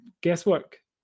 guesswork